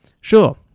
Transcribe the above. Sure